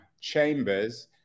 Chambers